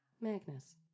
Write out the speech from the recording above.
Magnus